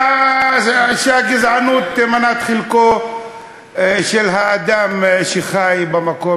שהגזענות היא מנת חלקו של האדם שחי במקום,